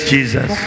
Jesus